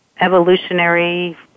evolutionary